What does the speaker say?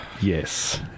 Yes